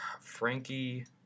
Frankie